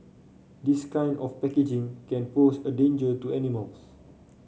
this kind of packaging can pose a danger to animals